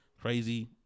crazy